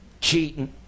cheating